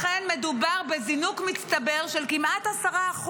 לכן מדובר בזינוק מצטבר של כמעט 10%